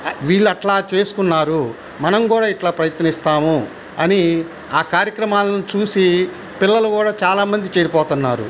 వీళ్లు అట్లా చేసుకున్నారు మనం కూడా ఇట్లా ప్రయత్నిస్తాము అని ఆ కార్యక్రమాలను చూసి పిల్లలు కూడా చాలా మంది చెడిపోతున్నారు